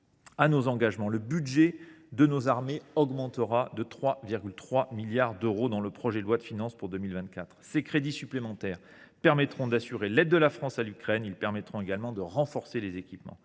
à nos engagements, le budget de nos armées augmentera de 3,3 milliards d’euros en vertu du projet de loi de finances pour 2024. Ces crédits supplémentaires nous permettront d’assurer l’aide de la France à l’Ukraine ou encore de renforcer nos équipements